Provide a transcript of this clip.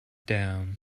down